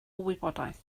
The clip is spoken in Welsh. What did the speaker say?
wybodaeth